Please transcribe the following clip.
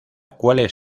cuales